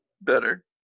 Better